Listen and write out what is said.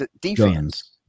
defense